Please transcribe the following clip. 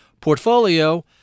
portfolio